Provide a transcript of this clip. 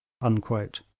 unquote